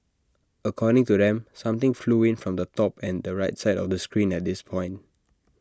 according to them something flew in from the top and the right side of the screen at this point